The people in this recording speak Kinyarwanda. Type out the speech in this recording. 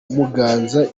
muganza